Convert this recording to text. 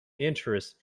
interest